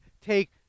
take